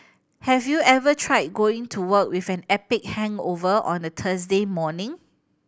have you ever tried going to work with an epic hangover on a Thursday morning